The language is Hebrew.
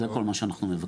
זה כל מה שאנחנו מבקשים.